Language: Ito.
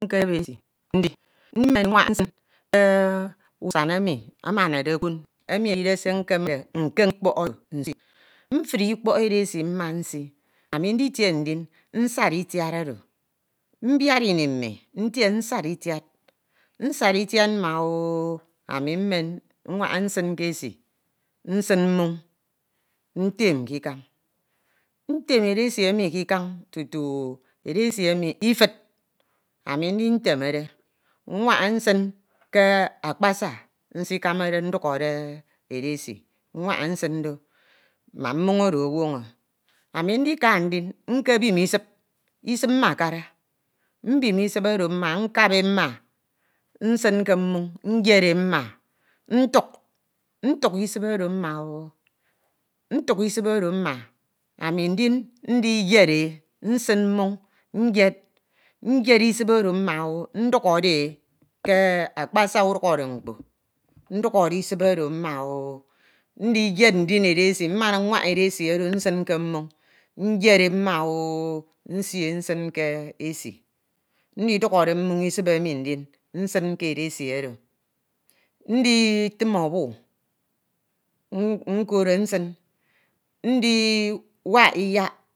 Mmen nwañba nsin ke usan emi amanade okpọn, emi edide se nkemede nken ikpok nsii mfuri ikpọk edesi mma nsii, ami nditie ini mmi ntie etie nsad itiad, nsad mma o, ami mmen nwaha nsin ke esi. nsin mmoñ ntem ke ikan. Ntem edesi ke ikan tutu u edesi ifud, ami ndintemede nwanha nsin ke akpasa nsikamamde ndukhore edesi, nwanha nsin atọ mbak mmoñ oro onwọnọ. Ami ndika ndin nkebim isip, isip mbakara, mbim isip oro mma, nkap mma nsin ke mmoñ mfed e mma nsin ntuk, ntuk isip oro mma- o ami ndin ndu e, nsin ke mmoñ nyed isip oro mma o ndukhore e ke akpasa udukhọre mkpo, ndukhọre isip mma o ndiyed ndin edesi. mmana nwañta edesi edesi oro nsin ke mmoñ nyed mma o nsie e nsin ke esi. Ndidukhore mmoñ isip emi ndin nsin ke edesi oro. Nditan obu nkore nsin, ndiyed iyak